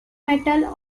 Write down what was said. metal